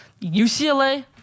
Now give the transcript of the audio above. UCLA